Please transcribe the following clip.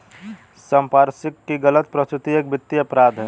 संपार्श्विक की गलत प्रस्तुति एक वित्तीय अपराध है